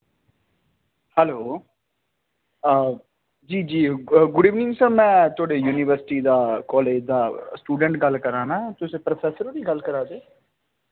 hello हां जी जी गुड इवनिंग सर में थुआढ़े युनिवर्सटी दा कालेज दा स्टुडैंट गल्ल करा ना तुस प्रोफैसर होर गल्ल करा दे